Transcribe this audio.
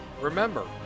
Remember